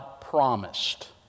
promised